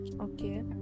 okay